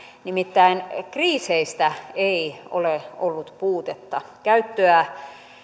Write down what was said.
nimittäin kriiseistä ei ole ollut puutetta käyttöä